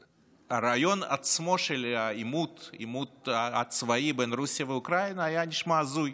הרעיון עצמו של עימות צבאי בין רוסיה לאוקראינה היה נשמע הזוי.